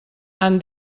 han